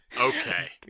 Okay